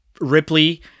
Ripley